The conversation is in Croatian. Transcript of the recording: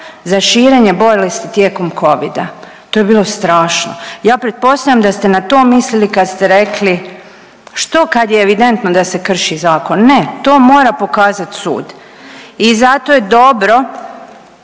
za širenje bolesti tijekom covida. To je bilo strašno. Ja pretpostavljam da ste na to mislili kad ste rekli „što kad je evidentno kad se krši zakon“. Ne, to mora pokazat sud i zato je dobro